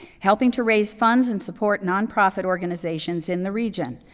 helping to raise funds and support nonprofit organizations in the region.